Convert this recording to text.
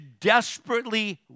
desperately